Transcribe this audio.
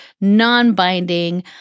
non-binding